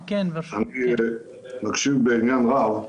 אני מקשיב בעניין רב,